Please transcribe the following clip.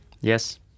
Yes